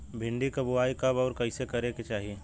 भिंडी क बुआई कब अउर कइसे करे के चाही?